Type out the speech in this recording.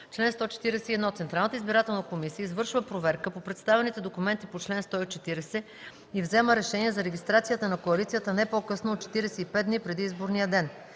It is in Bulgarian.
Чл. 141. (1) Централната избирателна комисия извършва проверка по представените документи по чл. 140 и взема решение за регистрацията на коалицията не по-късно от 45 дни преди изборния ден.